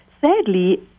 Sadly